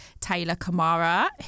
Taylor-Kamara